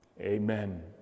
Amen